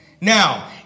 Now